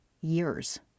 years